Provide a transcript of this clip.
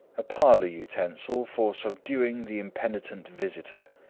a parlor utensil for subduing the impenitent visitor.